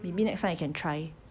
maybe next time you can try